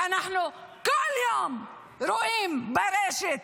ואנחנו כל יום רואים ברשת